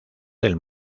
del